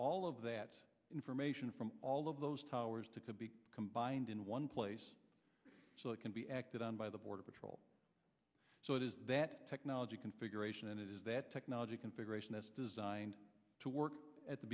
all of that information from all of those towers to be combined in one place so it can be acted on by the border patrol so it is that technology configuration and it is that technology configuration that's designed to work at the